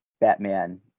Batman